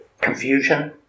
confusion